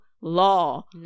law